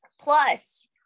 Plus